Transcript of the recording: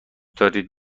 دارید